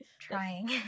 Trying